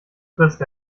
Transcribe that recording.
frisst